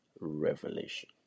revelation